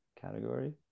category